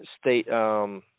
state –